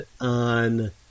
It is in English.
on